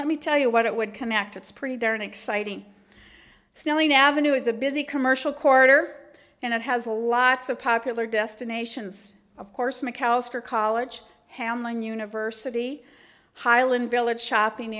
let me tell you what it would connect it's pretty darn exciting snelling avenue is a busy commercial corridor and it has a lots of popular destinations of course mcallister college hamlin university highland village shopping